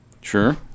Sure